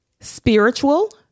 spiritual